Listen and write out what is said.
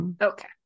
Okay